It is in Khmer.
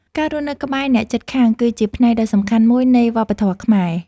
ការរស់នៅក្បែរអ្នកជិតខាងគឺជាផ្នែកដ៏សំខាន់មួយនៃវប្បធម៌ខ្មែរ។